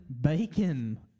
Bacon